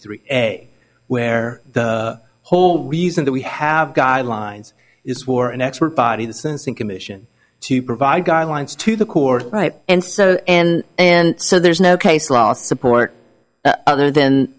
three where the whole reason that we have guidelines is were an expert body the sensing commission to provide guidelines to the court right and so and and so there is no case law support other than